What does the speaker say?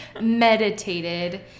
meditated